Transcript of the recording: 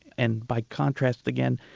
and by contrast again,